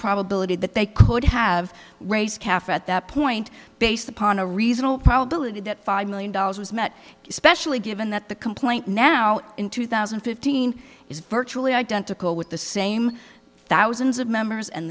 probability that they could have raised cafe at that point based upon a reasonable probability that five million dollars was met especially given that the complaint now in two thousand and fifteen is virtually identical with the same thousands of members and